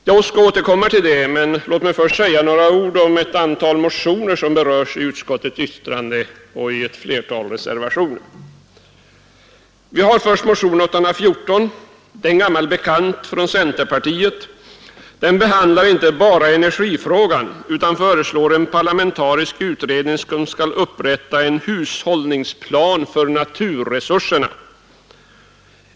Jag skall återkomma till det, men låt mig först säga några ord om ett antal motioner som berörs i utskottets betänkande och i ett flertal reservationer. Motionen 814 är en gammal bekant från centerpartiet. Den behandlar inte bara energifrågan utan föreslår en parlamentarisk utredning som skall upprätta en hushållningsplan för naturresurserna.